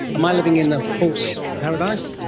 am i living in a false paradise?